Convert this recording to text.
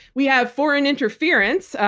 we have foreign interference,